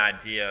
idea